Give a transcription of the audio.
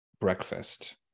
breakfast